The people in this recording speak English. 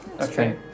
Okay